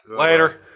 later